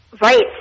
Right